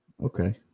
Okay